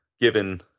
given